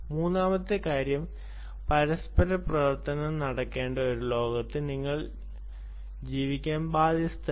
മൂന്നാമത്തെ കാര്യം പരസ്പരപ്രവർത്തനം നടക്കേണ്ട ഒരു ലോകത്ത് നിങ്ങൾ ജീവിക്കാൻ ബാധ്യസ്ഥരാണ്